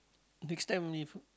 next time if